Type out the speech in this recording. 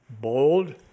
bold